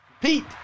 Pete